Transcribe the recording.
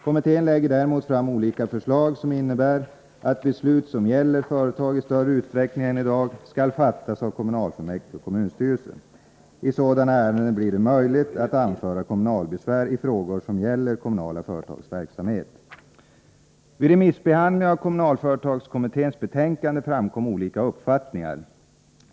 Kommittén lägger däremot fram olika förslag som innebär att beslut som gäller företagen i större utsträckning än i dag skall fattas av kommunfullmäktige och kommunstyrelsen. I sådana ärenden blir det möjligt att anföra kommunalbesvär i frågor som gäller kommunala företags verksamhet. Vid remissbehandlingen av kommunalföretagskommitténs betänkande framkom olika uppfattningar.